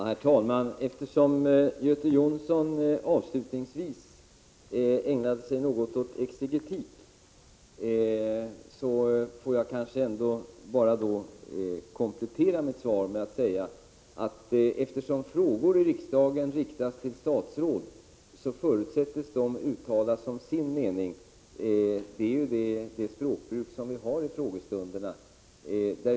Herr talman! Göte Jonsson ägnade sig avslutningsvis något åt exegetik, och jag får därför kanske komplettera mitt svar med att säga att eftersom frågor i riksdagen riktas till statsråd, förutsätts dessa uttala sin mening. Det är ju det språkbruk vi har i frågestunderna.